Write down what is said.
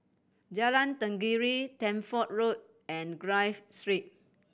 Jalan Tenggiri Deptford Road and Clive Street